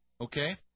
okay